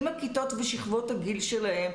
עם הכיתות ושכבות הגיל שלהם,